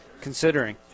considering